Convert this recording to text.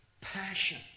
passion